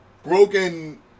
Broken